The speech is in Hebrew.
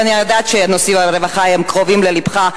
ואני יודעת שנושאי הרווחה קרובים ללבך,